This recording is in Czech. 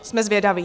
Jsme zvědaví.